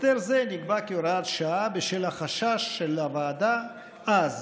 הסדר זה נקבע כהוראת שעה בשל החשש של הוועדה אז